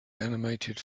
animated